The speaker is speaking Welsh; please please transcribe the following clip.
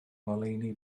ngoleuni